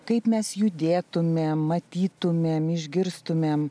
kaip mes judėtumėm matytumėm išgirstumėm